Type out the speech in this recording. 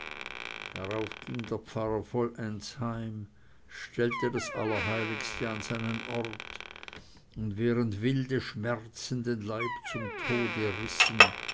darauf ging der pfarrer vollends heim stellte das allerheiligste an seinen ort und während wilde schmerzen den leib zum tode rissen